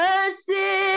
Mercy